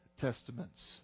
testaments